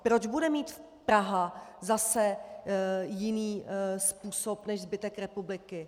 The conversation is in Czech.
Proč bude mít Praha zase jiný způsob než zbytek republiky?